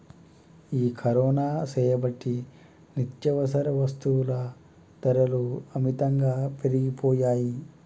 ఈ కరోనా సేయబట్టి నిత్యావసర వస్తుల ధరలు అమితంగా పెరిగిపోయాయి